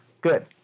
good